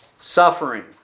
suffering